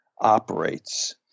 operates